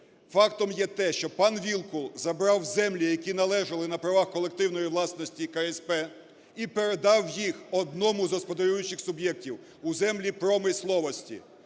фактом є те, що пан Вілкул забрав землі, які належали на правах колективної власності КСП і передав їх одному з господарюючих суб'єктів у землі промисловості.